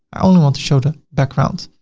i only want to show the background.